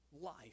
life